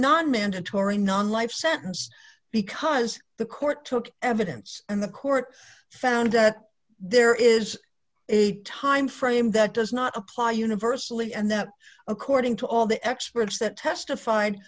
non mandatory non life sentence because the court took evidence and the court found that there is a time frame that does not apply universally and that according to all the experts that testified